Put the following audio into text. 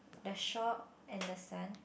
the shop and the sun